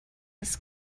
was